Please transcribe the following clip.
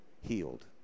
healed